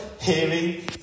hearing